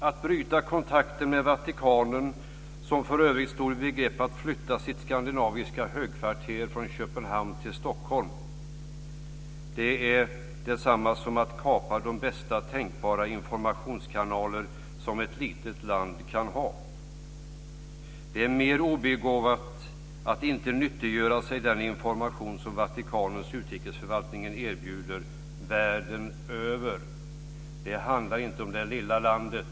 Att bryta kontakten med Vatikanen, som för övrigt stod i begrepp att flytta sitt skandinaviska högkvarter från Köpenhamn till Stockholm, är detsamma som att kapa de bästa tänkbara informationskanaler som ett litet land kan ha. Det är mer än obegåvat att inte nyttiggöra sig den information som Vatikanens utrikesförvaltning erbjuder världen över. Det handlar inte om det lilla landet.